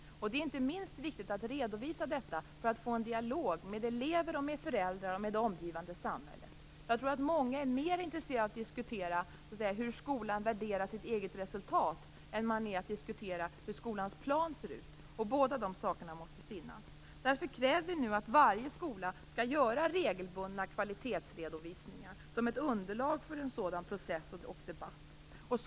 Det är inte minst viktigt att redovisa detta för att få en dialog med elever, föräldrar och det omgivande samhället. Jag tror att många är mer intresserade av att diskutera hur skolan värderar sitt eget resultat än man är av att diskutera hur skolans plan ser ut. Både dessa saker måste finnas. Därför kräver vi nu att varje skola skall göra regelbundna kvalitetsredovisningar som ett underlag för en sådan process och debatt.